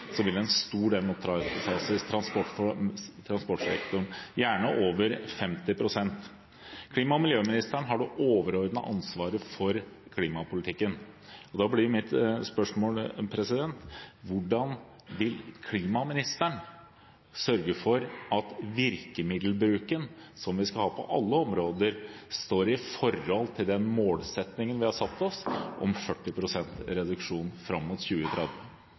gjerne over 50 pst. Klima- og miljøministeren har det overordnede ansvaret for klimapolitikken, og da blir mitt spørsmål: Hvordan vil klimaministeren sørge for at virkemiddelbruken som vi skal ha på alle områder, står i forhold til den målsettingen vi har satt oss om 40 pst. reduksjon fram mot 2030?